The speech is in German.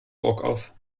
auf